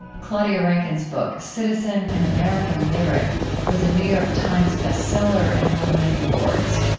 claudia rankine's book citizen an american lyric was a new york times bestseller and won many awards.